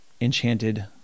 enchanted